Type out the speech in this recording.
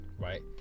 right